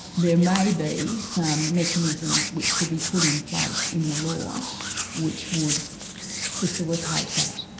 there may be some mechanisms which could be put in place in the law which would facilitate that.